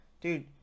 dude